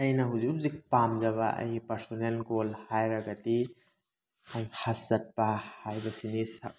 ꯑꯩꯅ ꯍꯧꯖꯤꯛ ꯍꯧꯖꯤꯛ ꯄꯥꯝꯖꯕ ꯑꯩꯒꯤ ꯄꯥꯔꯁꯣꯅꯦꯜ ꯒꯣꯜ ꯍꯥꯏꯔꯒꯗꯤ ꯑꯩ ꯍꯖ ꯆꯠꯄ ꯍꯥꯏꯕꯁꯤꯅꯤ